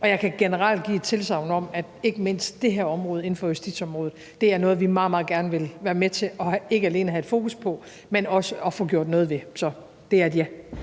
og jeg kan generelt give tilsagn om, at ikke mindst det her område inden for justitsområdet er noget, vi meget, meget gerne vil være med til ikke alene at have et fokus på, men også at få gjort noget ved. Så det er et ja.